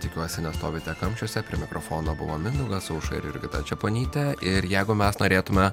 tikiuosi nestovite kamščiuose prie mikrofono buvo mindaugas aušra ir jurgita čeponytė ir jeigu mes norėtume